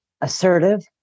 assertive